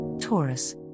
taurus